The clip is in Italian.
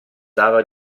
dava